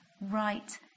right